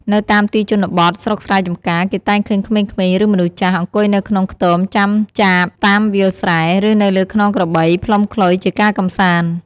នៅតាមទីជនបទ ស្រុកស្រែចម្ការ គេតែងឃើញក្មេងៗ ឬមនុស្សចាស់ អង្គុយនៅក្នុងខ្ទមចាំចាបតាមវាលស្រែ ឬនៅលើខ្នងក្របី ផ្លុំខ្លុយជាការកម្សាន្ត។